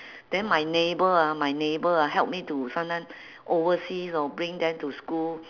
then my neighbour ah my neighbour ah help me to sometime oversee or bring them to school